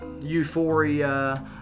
euphoria